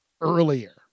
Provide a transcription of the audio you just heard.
earlier